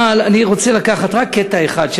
אבל אני רוצה לקחת רק קטע אחד,